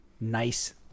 nice